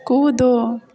कूदू